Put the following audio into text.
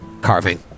Carving